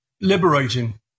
liberating